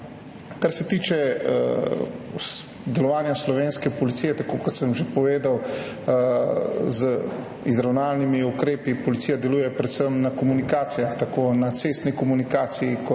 Kar se tiče delovanja slovenske policije, je tako, kot sem že povedal. Z izravnalnimi ukrepi policija deluje predvsem na komunikacijah, tako na cestni komunikaciji kot